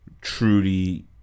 truly